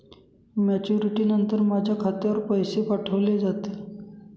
Maturity नंतर माझ्या खात्यावर पैसे पाठविले जातील?